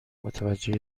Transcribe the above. متوجه